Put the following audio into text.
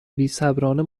بیصبرانه